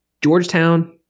Georgetown